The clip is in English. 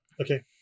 Okay